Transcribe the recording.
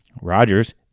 Rodgers